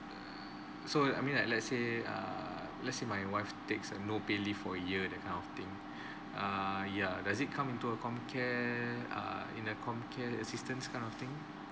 err so I mean like let's say err let's say my wife takes a no pay leave for a year that kind of thing err ya does it come into a com care err in a com care assistance kind of thing